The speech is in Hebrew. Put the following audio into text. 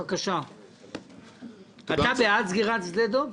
אתה בעד סגירת שדה דב?